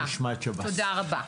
תודה רבה.